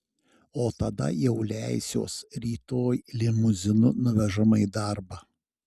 o tada jau leisiuosi rytoj limuzinu nuvežama į darbą